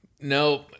No